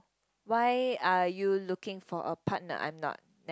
why are you looking for a partner I'm not